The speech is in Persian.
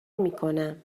میکنم